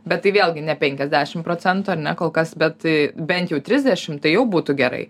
bet tai vėlgi ne penkiasdešim procentų ar ne kol kas bet bent jau trisdešim tai jau būtų gerai